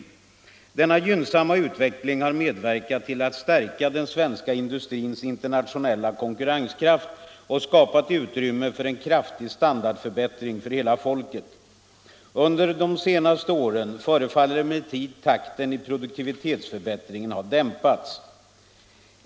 Denna gynnsamma utveckling har medverkat till att stärka den svenska industrins internationella konkurrenskraft och skapa utrymme för en kraftig standardförbättring för hela folket. Under de senaste åren förefaller emellertid takten i produktivitetsförbättringen att ha dämpats.